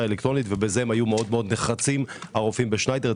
האלקטרונית ובזה היו מאוד נחרצים הרופאים בשניידר.